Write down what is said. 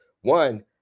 one